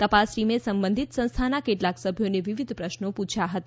તપાસ ટીમે સંબંધીત સંસ્થાના કેટલાક સભ્યોને વિવિધ પ્રશ્નો પૂછ્યા હતા